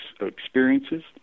experiences